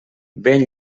ben